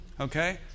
okay